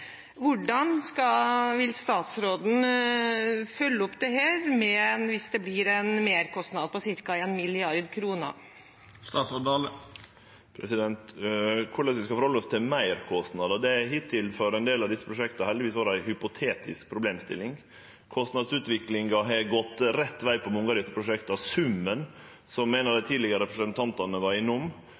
vi skal stille oss til meirkostnader, har hittil for ein del av desse prosjekta heldigvis vore ei hypotetisk problemstilling. Kostnadsutviklinga for mange av desse prosjekta har gått rett veg. Summen, som ein av representantane var